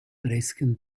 fresken